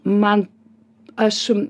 man aš